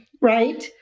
right